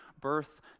Birth